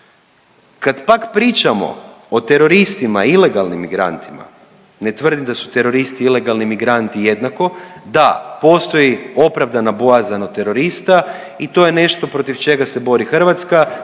Kad pak pričamo o teroristima ilegalnim migrantima, ne tvrdim da su terorist i ilegalni migranti jednako. Da, postoji opravdana bojazan od terorista i to je nešto protiv čega se bori Hrvatska,